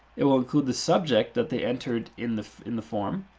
it will include the subject that they entered in the in the form.